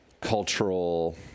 cultural